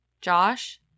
Josh